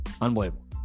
unbelievable